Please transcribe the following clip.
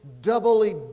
doubly